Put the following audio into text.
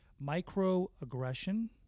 microaggression